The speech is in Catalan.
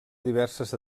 diverses